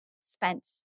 spent